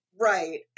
Right